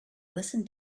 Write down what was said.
listen